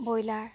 broiler